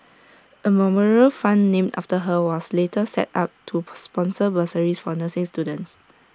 A memorial fund named after her was later set up to per sponsor bursaries for nursing students